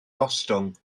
gostwng